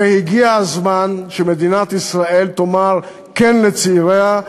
והגיע הזמן שמדינת ישראל תאמר כן לצעיריה,